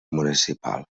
municipal